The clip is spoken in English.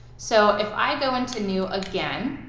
so if i go into new again,